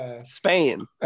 Spain